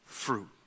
fruit